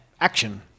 action